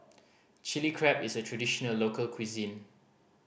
Chilli Crab is a traditional local cuisine